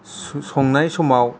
संनाय समाव